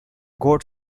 novel